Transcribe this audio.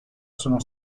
sono